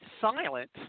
silent